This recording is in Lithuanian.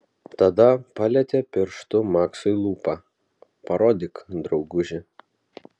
tada palietė pirštu maksui lūpą parodyk drauguži